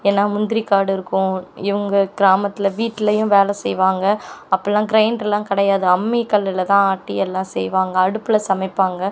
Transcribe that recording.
ஏன்னால் முந்திரி காடு இருக்கும் இவங்க கிராமத்தில் வீட்டிலயும் வேலை செய்வாங்க அப்போலாம் கிரைண்டரெலாம் கிடையாது அம்மி கல்லில் தான் ஆட்டி எல்லாம் செய்வாங்க அடுப்பில சமைப்பாங்க